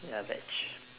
ya veg